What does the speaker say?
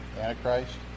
Antichrist